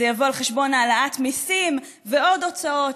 זה יבוא על חשבון העלאת מיסים ועוד הוצאות.